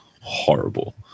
horrible